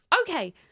okay